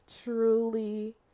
truly